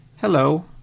hello